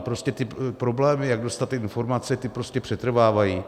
Prostě ty problémy, jak dostat ty informace, ty prostě přetrvávají.